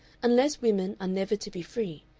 unless women are never to be free,